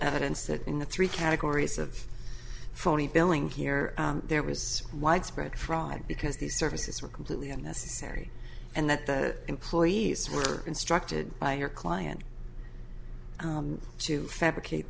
evidence that in the three categories of phony billing here there was widespread fraud because these services were completely unnecessary and that the employees were instructed by your client to fabricate